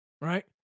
Right